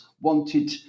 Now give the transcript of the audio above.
wanted